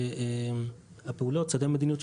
צעדי המדיניות,